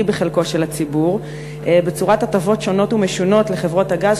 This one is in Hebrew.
בחלקו של הציבור בצורת הטבות שונות ומשונות לחברות הגז,